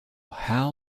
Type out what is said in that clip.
how